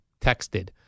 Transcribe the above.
texted